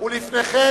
לפני כן,